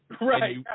Right